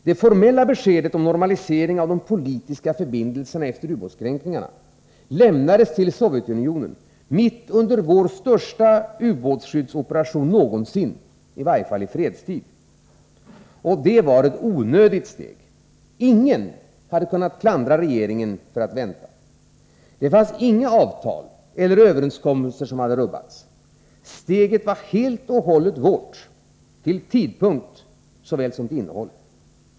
Det formella beskedet om normalisering av de politiska förbindelserna efter ubåtskränkningarna lämnades till Sovjetunionen mitt under vår största ubåtsskyddsoperation någonsin, i varje fall i fredstid. Det var ett onödigt steg. Ingen hade kunnat klandra regeringen om den hade väntat. Det fanns inga avtal eller överenskommelser som hade rubbats. Steget var helt och hållet vårt, till tidpunkt såväl som till innehåll.